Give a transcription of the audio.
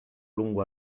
lungo